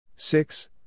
Six